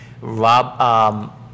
rob